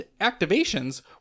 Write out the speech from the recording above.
activations